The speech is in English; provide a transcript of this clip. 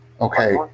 Okay